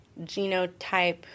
genotype